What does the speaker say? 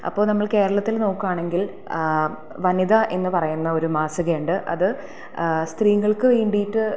അപ്പോൾ നമ്മൾ കേരളത്തിൽ നോക്കുകയാണെങ്കിൽ വനിത എന്ന് പറയുന്ന ഒരു മാസികയുണ്ട് അത് സ്ത്രീകൾക്ക് വേണ്ടിയിട്ട്